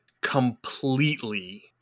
completely